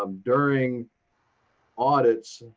um during audits,